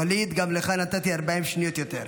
ואליד, גם לך נתתי 40 שניות יותר.